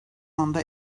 anda